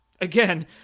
again